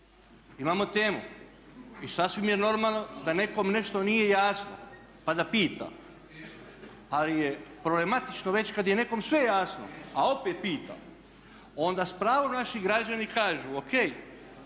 Imamo temu i sasvim je normalno da nekom nešto nije jasno pa da pita, ali je problematično već kad je nekom sve jasno a opet pita onda s pravom naši građani kažu ok